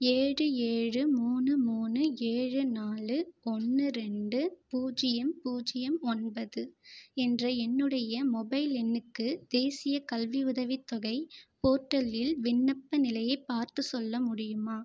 ஏழு ஏழு மூணு மூணு ஏழு நாலு ஒன்று ரெண்டு பூஜ்ஜியம் பூஜ்ஜியம் ஒன்பது என்ற என்னுடைய மொபைல் எண்ணுக்கு தேசியக் கல்வி உதவித் தொகை போர்ட்டலில் விண்ணப்ப நிலையைப் பார்த்து சொல்ல முடியுமா